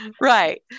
Right